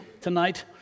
tonight